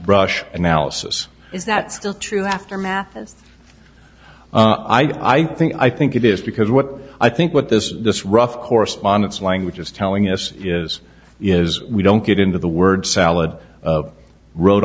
brush analysis is that still true aftermath i think i think it is because what i think what this this rough correspondence language is telling us is is we don't get into the word salad rhode